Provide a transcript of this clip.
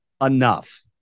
enough